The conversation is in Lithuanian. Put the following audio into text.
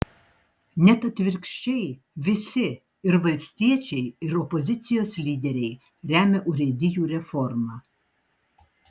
net atvirkščiai visi ir valstiečiai ir opozicijos lyderiai remia urėdijų reformą